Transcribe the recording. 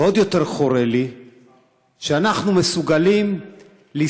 ועוד יותר חורה לי שאנחנו מסוגלים להסתכל,